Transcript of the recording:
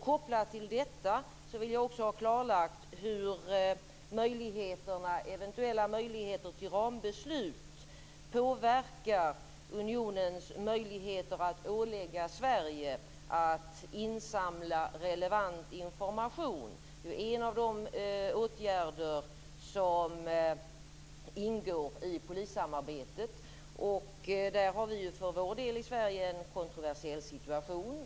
Kopplat till detta vill jag också har klarlagt hur eventuella möjligheter till rambeslut påverkar unionens möjligheter att ålägga Sverige att insamla relevant information. Det är ju en av de åtgärder som ingår i polissamarbetet. På den här punkten har ju vi i Sverige för vår del en kontroversiell situation.